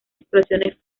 explosiones